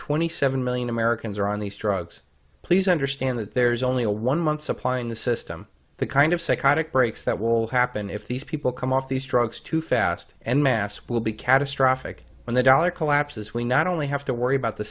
twenty seven million americans are on these drugs please understand that there's only a one month supply in the system the kind of psychotic breaks that will happen if these people come off these drugs too fast and mass will be catastrophic when the dollar collapses we not only have to worry about the